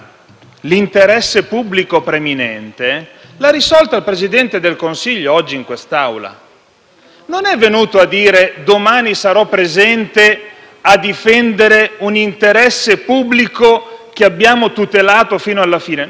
non è venuto a dire che domani sarà presente per difendere un interesse pubblico che abbiamo tutelato fino alla fine. No. È venuto a dire che domani sarà qui a metterci la faccia perché quella è la linea politica del Governo.